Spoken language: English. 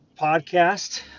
podcast